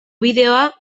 bideoa